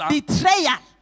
Betrayal